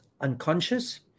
unconscious